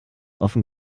offen